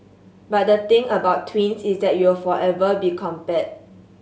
but the thing about twins is that you'll forever be compared